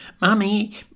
Mummy